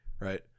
right